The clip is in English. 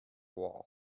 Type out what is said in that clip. wall